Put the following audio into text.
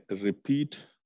repeat